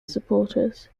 supporters